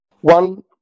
One